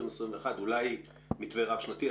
אולי מתווה רב שנתי,